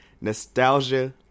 Nostalgia